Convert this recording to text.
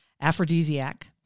aphrodisiac